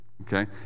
Okay